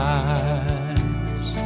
eyes